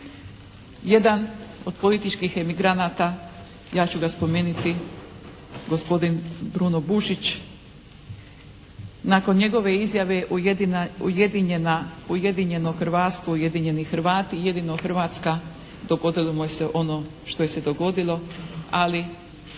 jedan od političkih emigranata ja ću ga spomeniti, gospodin Bruno Bušić. Nakon njegove izjave ujedinjeno hrvatstvo i ujedinjeni Hrvati jedino Hrvatska dogodilo mu se ono što se dogodilo, ali